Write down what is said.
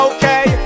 Okay